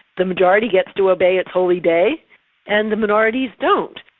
the majority gets to obey its holy day and the minorities don't.